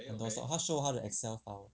他 show 他的 excel file